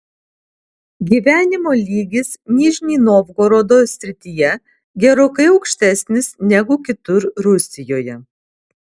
gyvenimo lygis nižnij novgorodo srityje gerokai aukštesnis negu kitur rusijoje